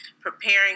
preparing